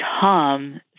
become